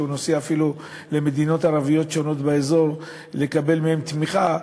הוא נוסע אפילו למדינות ערביות שונות באזור לקבל מהן תמיכה.